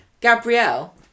Gabrielle